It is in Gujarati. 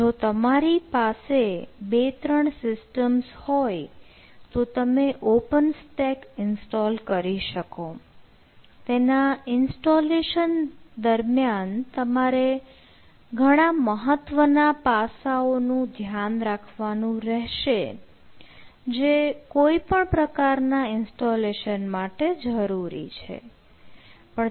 તો જો તમારી પાસે બે ત્રણ સિસ્ટમ્સ દરમિયાન તમારે ઘણા મહત્વના પાસાઓ નું ધ્યાન રાખવાનું રહેશે જે કોઈપણ પ્રકારના ઇન્સ્ટોલેશન માટે જરૂરી છે